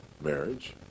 marriage